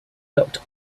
locked